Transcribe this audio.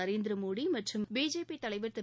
நரேந்திரமோடி மற்றும் பிஜேபி தலைவர் திரு